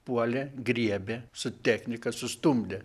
puolė griebė su technika sustumdė